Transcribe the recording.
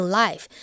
life